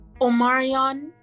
omarion